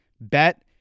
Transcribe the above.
Bet